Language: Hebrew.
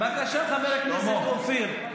בבקשה, חבר הכנסת אופיר.